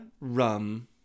Rum